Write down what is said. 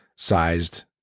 sized